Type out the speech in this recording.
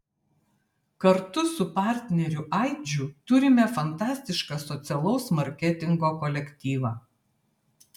kartu su partneriu aidžiu turime fantastišką socialaus marketingo kolektyvą